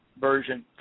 version